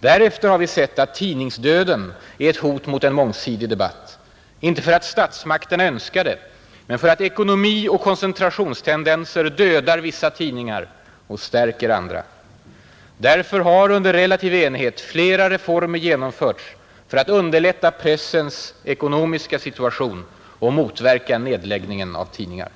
Därefter har vi sett att tidningsdöden är ett hot mot en mångsidig debatt — inte för att statsmakterna önskar det men för att ekonomi och koncentrationstendenser dödar vissa tidningar och stärker andra. Därför har under relativ enighet flera reformer genomförts för att underlätta pressens ekonomiska situation och motverka nedläggningen av tidningar.